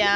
ya